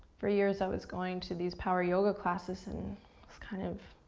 for years, i was going to these power yoga classes and i was kind of